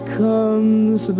comes